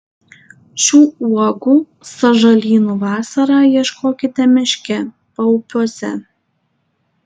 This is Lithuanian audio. šių uogų sąžalynų vasarą ieškokite miške paupiuose